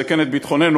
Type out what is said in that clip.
מסכן את ביטחוננו,